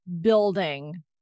building